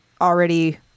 already